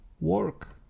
work